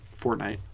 Fortnite